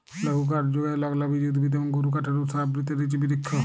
লঘুকাঠ যুগায় লগ্লবীজ উদ্ভিদ এবং গুরুকাঠের উৎস আবৃত বিচ বিরিক্ষ